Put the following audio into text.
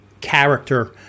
character